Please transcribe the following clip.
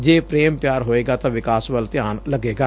ਜੇ ਪ੍ਰੇਮ ਪਿਆਰ ਹੋਵੇਗਾ ਤਾਂ ਵਿਕਾਸ ਵੱਲ ਧਿਆਨ ਲੱਗੇਗਾ